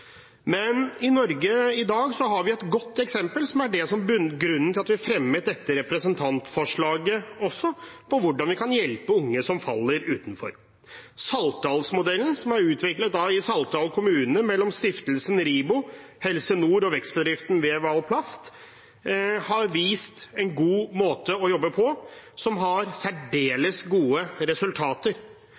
Men i Norge i dag har vi et godt eksempel, som er grunnen til at vi fremmer dette representantforslaget også, for hvordan vi kan hjelpe unge som faller utenfor. Saltdalsmodellen, som er utviklet i Saltdal kommune mellom Stiftelsen RIBO, Helse Nord og vekstbedriften Vev-Al-Plast, har vist en god måte å jobbe på og med særdeles gode resultater,